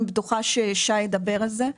אני בטוחה ששי ידבר על זה,